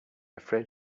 afraid